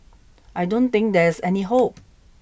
I don't think there is any hope